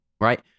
right